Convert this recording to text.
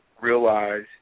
realize